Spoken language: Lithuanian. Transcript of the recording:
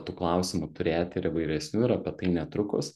tų klausimų turėti ir įvairesnių ir apie tai netrukus